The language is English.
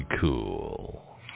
Cool